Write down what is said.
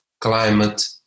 climate